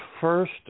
first